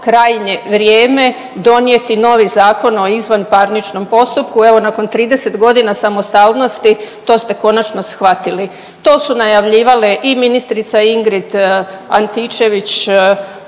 krajnje vrijeme donijeti novi Zakon o izvanparničnom postupku. Evo nakon 30 godina samostalnosti to ste konačno shvatili. To su najavljivale i ministrica Ingrid Antičević